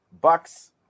bucks